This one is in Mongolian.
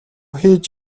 хийж